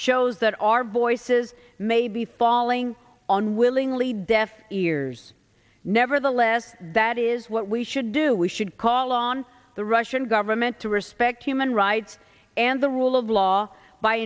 shows that our voices may be falling on willingly deaf ears nevertheless that is what we should do we should call on the russian government to respect human rights and the rule of law by